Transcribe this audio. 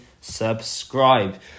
subscribe